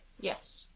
yes